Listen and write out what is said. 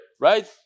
right